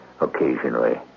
occasionally